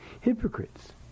hypocrites